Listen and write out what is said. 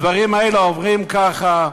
הדברים האלה עוברים ככה,